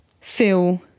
feel